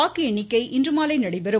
வாக்கு எண்ணிக்கை இன்று மாலை நடைபெறும்